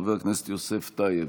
חבר הכנסת יוסף טייב,